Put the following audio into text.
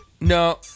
No